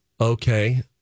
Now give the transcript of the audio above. Okay